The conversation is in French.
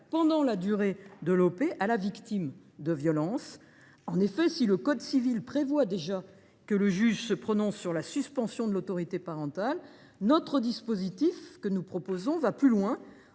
pendant la durée de l’OP, à la victime de violences. Si le code civil dispose déjà que le juge se prononce sur la suspension de l’autorité parentale, notre dispositif va plus loin,